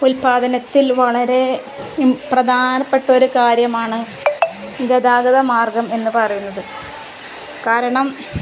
ഉൽപ്പാദനത്തിൽ വളരെ പ്രധാനപ്പെട്ടൊരു കാര്യമാണ് ഗതാഗതമാർഗ്ഗമെന്ന് പറയുന്നത് കാരണം